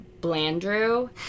Blandrew